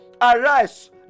arise